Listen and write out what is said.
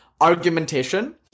argumentation